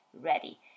ready